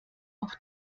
auf